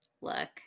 Look